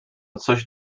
coś